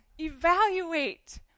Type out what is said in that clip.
evaluate